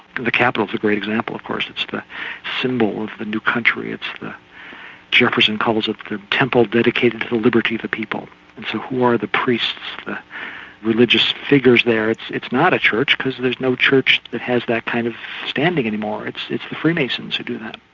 the capitol is a great example of course, it's the symbol of the new country, it's the jefferson calls it the temple dedicated to the liberty of the people, and so who are the priests, the religious figures there? it's it's not a church, because there's no church that has that kind of standing any more, it's it's the freemasons who do that.